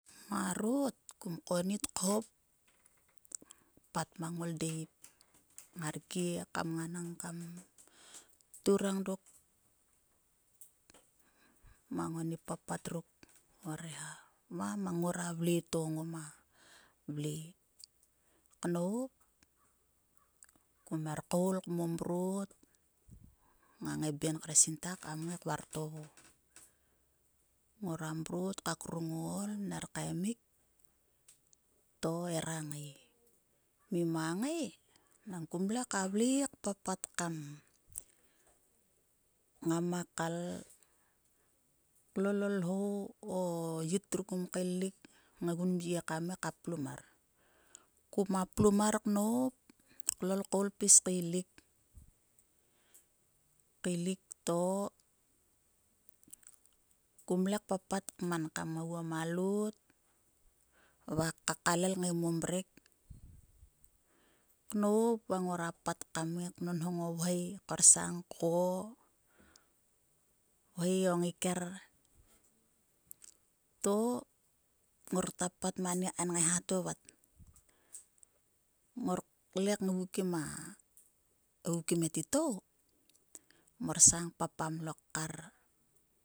Kom konnit hop kpat mang ngodeip. kngarkie kmanag kam turang dok mang oni papat ruk o reha va mang ngora vle to ngoma vle. Knop kom herâ koul momorot ngang e ben kre sinta kam ngai kvartovo. Ngura mrot ka krong o ol nginer kaimik to hera ngai. Mima ngai nang kum le ka vle kpapat kam. ngam, a kol, kol o lhou o yit ruk ngom kaelik kngaigun mhe kam ngai ka plim mar. Kuma plum mar knop klol koul kpis kailik. Kailik to kumle kpapat kman. Kam ngai guo ma lot kakalelkngai mo mrek knop va ngoro papat kam ngai knonho o vhoi korsang kgo vhoi o ngasker to ngor pat mang ani kain ngaiha to vat. Ngor kle kngai gu kim a ogu kim e titou kmorsong bpapam lok kar